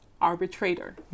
arbitrator